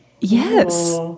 Yes